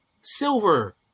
silver